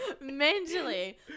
Mentally